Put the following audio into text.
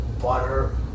butter